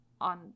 on